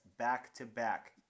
Back-to-back